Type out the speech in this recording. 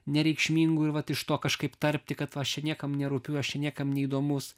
nereikšmingu ir vat iš to kažkaip tarpti kad aš niekam nerūpiu aš niekam neįdomus